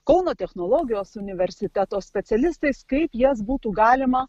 kauno technologijos universiteto specialistais kaip jas būtų galima